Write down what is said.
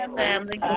family